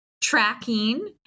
tracking